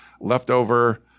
leftover